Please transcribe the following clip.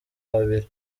babiri